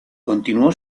continuó